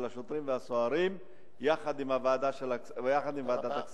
השוטרים והסוהרים ביחד עם ועדת הכספים.